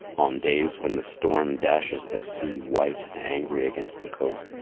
on days when the storm dashes the sea white and angry against the coast,